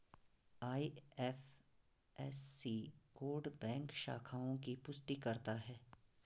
IFSC code bank शाखाओं की पुष्टि करता है